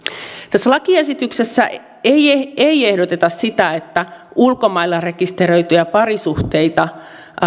tässä lakiesityksessä ei ei ehdoteta sitä että ulkomailla rekisteröityjä parisuhteita